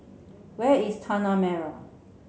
where is Tanah Merah